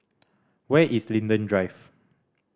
where is Linden Drive